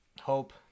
Hope